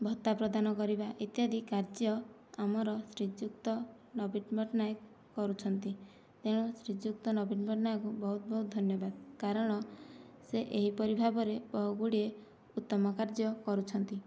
ଭତ୍ତା ପ୍ରଦାନ କରିବା ଇତ୍ୟାଦି କାର୍ଯ୍ୟ ଆମର ଶ୍ରୀଯୁକ୍ତ ନବୀନ ପଟ୍ଟନାୟକ କରୁଛନ୍ତି ତେଣୁ ଶ୍ରୀଯୁକ୍ତ ନବୀନ ପଟ୍ଟନାୟକଙ୍କୁ ବହୁତ ବହୁତ ଧନ୍ୟବାଦ କାରଣ ସେ ଏହିପରି ଭାବରେ ବହୁ ଗୁଡ଼ିଏ ଉତ୍ତମ କାର୍ଯ୍ୟ କରୁଛନ୍ତି